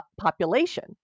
population